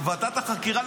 ועדת החקירה,